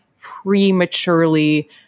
prematurely